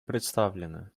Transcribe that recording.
представлены